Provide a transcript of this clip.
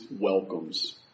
welcomes